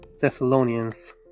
Thessalonians